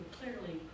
clearly